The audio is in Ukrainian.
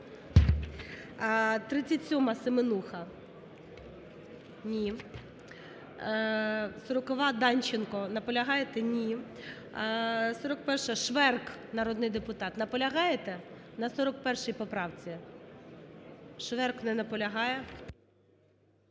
37-а, Семенуха. Ні. 40-а, Данченко. Наполягаєте? Ні. 41-а, Шверк народний депутат. Наполягаєте на 41 поправці? Шверк не наполягає.